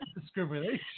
discrimination